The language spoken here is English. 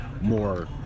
more